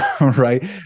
right